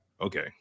okay